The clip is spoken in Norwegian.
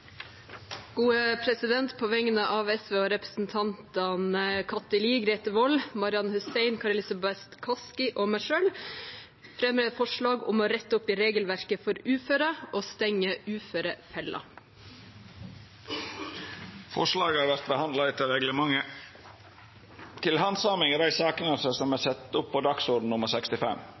På vegne av SV-representantene Kathy Lie, Grete Wold, Marian Hussein, Kari Elisabeth Kaski og meg selv fremmer jeg et forslag om å rette opp i regelverket for uføre og stenge uførefella. Forslaga vert handsama etter reglementet.